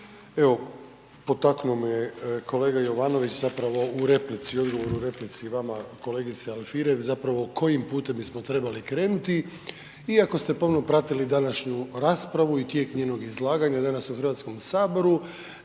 Evo, potaknuo me kolega Jovanović zapravo u replici, u odgovoru u replici vama kolegice Alfirev, zapravo kojim putem bismo trebali krenuli iako ste pomno pratili današnju raspravu i tijek njenog izlaganja danas u Hrvatskom saboru,